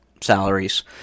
salaries